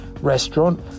restaurant